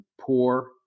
poor